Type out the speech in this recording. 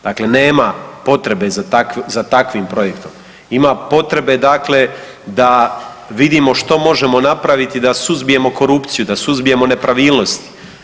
Dakle nema potrebe za takvim projektom, ima potrebe dakle da vidimo što možemo napraviti da suzbijemo korupciju, da suzbijemo nepravilnosti.